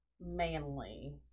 manly